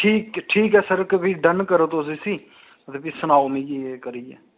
ठीक ऐ ठीक ऐ सर फ्ही डन करो तुस इसी ते फ्ही सनाओ मिगी एह् करियै